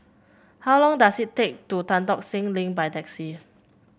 how long does it take to Tan Tock Seng Link by taxi